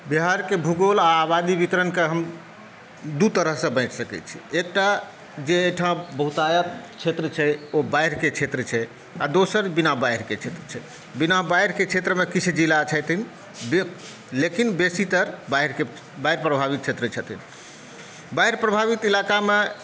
बिहारके भूगोल आ आबादी वितरणकेँ हम दू तरहसँ बाँटि सकैत छी एकटा जे एहिठाम बहुतायत क्षेत्र छै ओ बाढ़िके क्षेत्र छै आ दोसर बिना बाढ़िके क्षेत्र छै बिना बाढ़िके क्षेत्रमे किछु जिला छथिन लेकिन बेसीतर बाढ़ि प्रभावित क्षेत्र छथिन बाढ़ि प्रभावित इलाकामे